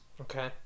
Okay